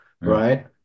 right